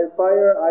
fire